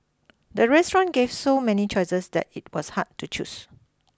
the restaurant gave so many choices that it was hard to choose